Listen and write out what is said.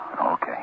Okay